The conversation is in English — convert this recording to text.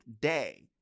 day